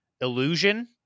illusion